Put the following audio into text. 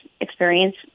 experience